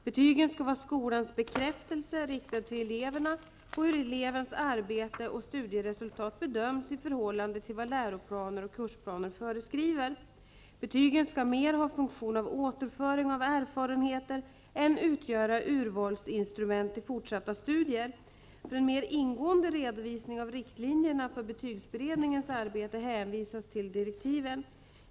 Betygen skall vara skolans bekräftelse -- riktad till eleverna -- på hur elevens arbete och studieresultat bedöms i förhållande till vad läroplanerna och kursplanerna föreskriver. Betygen skall mer ha en funktion av återföring av erfarenheter än utgöra urvalsinstrument vad gäller fortsatta studier. För en mer ingående redovisning av riktlinjerna för betygsberedningens arbete hänvisas till direktiven.